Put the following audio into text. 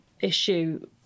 issue